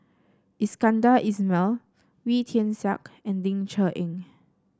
Iskandar Ismail Wee Tian Siak and Ling Cher Eng